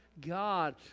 God